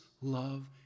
love